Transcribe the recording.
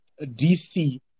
DC